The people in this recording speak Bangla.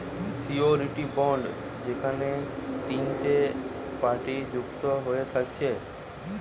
সিওরীটি বন্ড যেখেনে তিনটে পার্টি যুক্ত হয়ে থাকছে